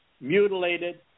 mutilated